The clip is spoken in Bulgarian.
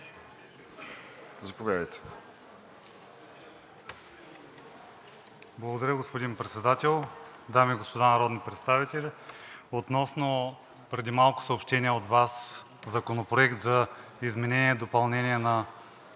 (ВЪЗРАЖДАНЕ): Благодаря, господин Председател! Дами и господа народни представители, относно преди малко съобщения от Вас Законопроект за изменение и допълнение на